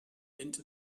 into